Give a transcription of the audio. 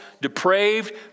depraved